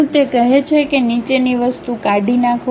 શું તે કહે છે કે નીચેની વસ્તુ કાઢી નાખો